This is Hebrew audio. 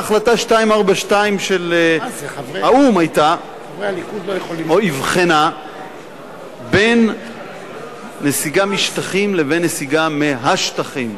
להחלטה 242 של האו"ם היתה הבחנה בין נסיגה משטחים לבין נסיגה מהשטחים.